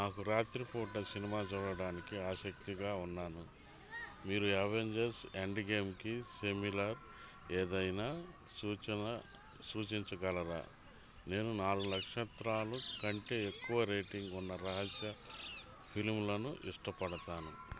నాకు రాత్రి పూట సినిమా చూడటానికి ఆసక్తిగా ఉన్నాను మీరు అవెంజర్స్ ఎండ్ గేమ్కి సిమిలర్ ఏదైనా సూచన సూచించగలరా నేను నాలుగు నక్షత్రాలు కంటే ఎక్కువ రేటింగ్ ఉన్న రహస్య ఫిలింలను ఇష్టపడతాను